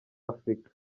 afurika